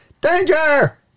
danger